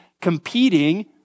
competing